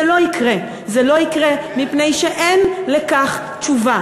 זה לא יקרה, זה לא יקרה מפני שאין לכך תשובה.